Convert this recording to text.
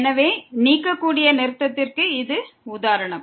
எனவே நீக்கக்கூடிய நிறுத்தத்திற்கு இது உதாரணம்